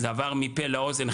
זה עבר מפה לאוזן,